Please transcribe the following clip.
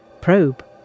Probe